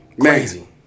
Crazy